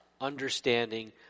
understanding